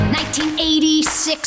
1986